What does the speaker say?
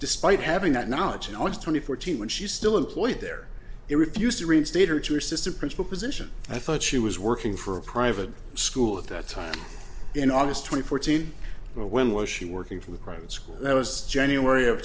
despite having that knowledge you know it's twenty fourteen when she's still employed there it refused to reinstate her to her sister principal position i thought she was working for a private school at the time in august twenty four team but when was she working for the private school that was january of